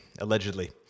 allegedly